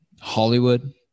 Hollywood